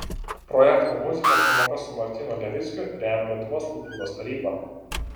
projektą muzikos pamoka su martynu levickiu remia lietuvos kultūros taryba